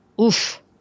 Oof